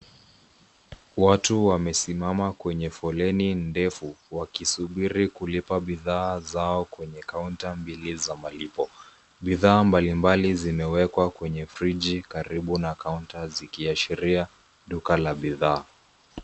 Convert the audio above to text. Watu wamesimama kwenye foleni ndefu wakisubiri kulipa bidhaa zao kwenye kaunta mbili za malipo. Bidhaa mbalimbali zimewekwa kwenye frijii karibu na kaunta zikiashiria duka la bidhaa.